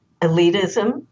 elitism